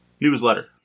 newsletter